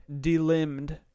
delimbed